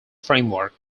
framework